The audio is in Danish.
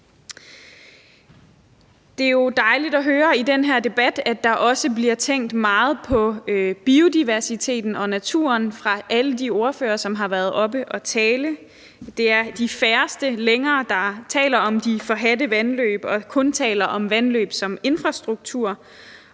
Det er jo dejligt at høre i den her debat, at der også bliver tænkt meget på biodiversiteten og naturen fra alle de ordførers side, som har været oppe at tale. Det er de færreste længere, der taler om de forhadte vandløb og kun taler om vandløb som infrastruktur,